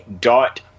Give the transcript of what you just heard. dot